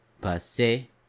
passé